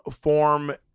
form